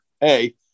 hey